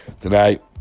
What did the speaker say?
Tonight